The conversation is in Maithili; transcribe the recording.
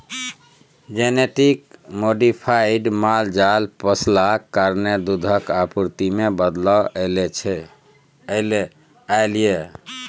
जेनेटिक मोडिफाइड माल जाल पोसलाक कारणेँ दुधक आपुर्ति मे बदलाव एलय यै